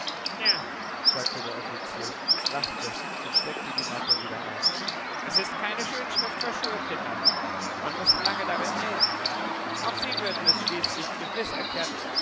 ja sagte der offizier lachte und steckte die mappe wieder ein es ist keine schönschrift für schulkinder man muß lange darin lesen auch sie würden es schließlich gewiß erkennen